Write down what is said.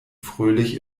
fröhlich